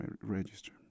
Register